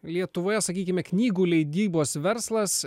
lietuvoje sakykime knygų leidybos verslas